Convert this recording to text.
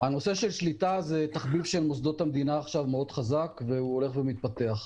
הנושא של שליטה זה תחביב חזק של מוסדות המדינה והוא הולך ומתפתח.